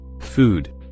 food